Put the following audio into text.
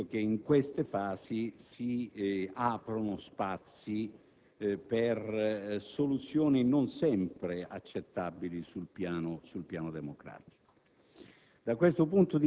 c'è un rapporto difficile tra i problemi aperti nella società e la capacità delle forze politiche di rappresentarle e mediarle,